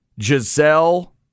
Giselle